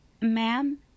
Ma'am